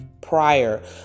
prior